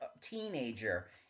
teenager